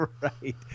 right